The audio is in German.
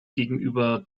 gegenüber